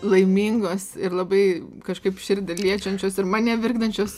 laimingos ir labai kažkaip širdį liečiančios ir mane virkdančios